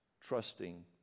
trusting